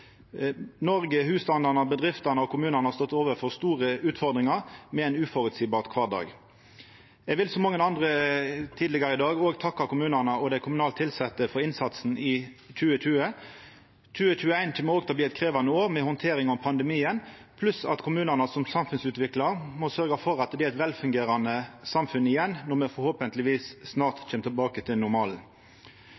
Noreg, husstandane, bedriftene og kommunane har stått overfor store utfordringar med ein uføreseieleg kvardag. Eg vil, som mange andre tidlegare i dag, takka kommunane og dei kommunalt tilsette for innsatsen i 2020. 2021 kjem òg til å bli eit krevjande år, med handtering av pandemien, pluss at kommunane som samfunnsutviklar må sørgja for at det er eit vel fungerande samfunn igjen når me forhåpentlegvis snart